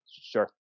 Sure